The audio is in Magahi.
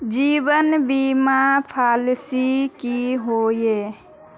जीवन बीमा पॉलिसी की होय?